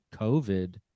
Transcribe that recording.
COVID